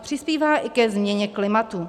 Přispívá i ke změně klimatu.